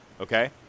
Okay